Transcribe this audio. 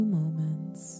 moments